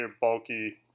bulky